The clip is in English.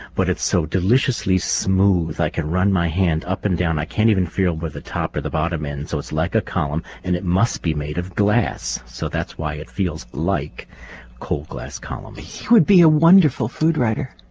but it's so deliciously smooth. i can run my hand up and down. i can't even feel where the top or the bottom ends, so it's like a column and it must be made of glass, so that's why it feels like cold, glass columns. he would be a wonderful food writer